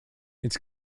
its